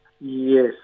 Yes